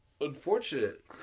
unfortunate